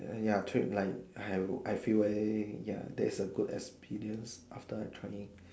ya treat like I have I feel very ya that's a good experience after I trying